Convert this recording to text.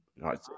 right